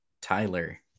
Tyler